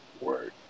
Word